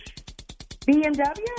BMW